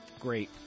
great